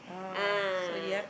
ah